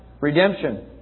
Redemption